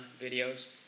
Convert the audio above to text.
videos